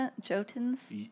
Jotun's